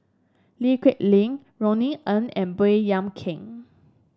Lee Kip Lin Roni Ng and Baey Yam Keng